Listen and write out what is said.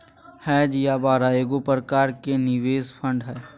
hedge या बाड़ा एगो प्रकार के निवेश फंड हय